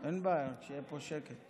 אין בעיה, רק שיהיה פה שקט.